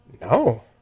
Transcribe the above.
No